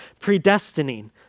predestining